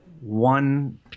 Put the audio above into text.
one